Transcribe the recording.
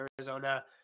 Arizona